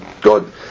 Good